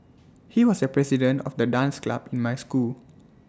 he was the president of the dance club in my school